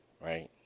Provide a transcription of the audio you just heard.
Right